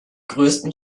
größten